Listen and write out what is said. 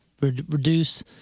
reduce